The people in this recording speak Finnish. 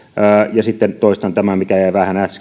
ja sitten toistan tämän mikä jäi